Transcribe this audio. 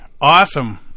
Awesome